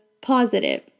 positive